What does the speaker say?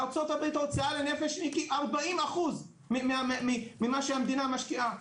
בארה"ב ההוצאה לנפש היא כ-40% ממה שהמדינה משקיעה,